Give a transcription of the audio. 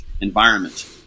environment